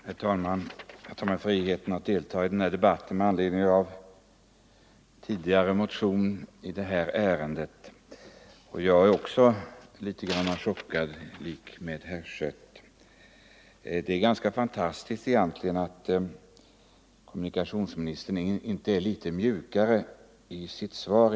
Herr talman! Med anledning av att jag tidigare väckt en motion i det här ärendet tar jag mig friheten att delta i denna debatt. Jag är, i likhet med herr Schött, också litet chockad. Det är egentligen ganska fantastiskt att kommunikationsministern i dag inte är något mjukare i sitt svar.